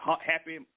Happy